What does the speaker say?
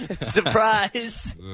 Surprise